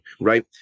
right